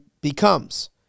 becomes